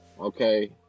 okay